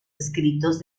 escritos